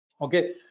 Okay